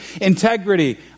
integrity